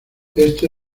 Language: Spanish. éste